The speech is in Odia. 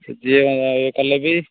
ଯିଏ କଲେ ବି